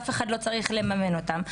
אף אחד לא צריך לממן אותם.